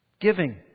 Giving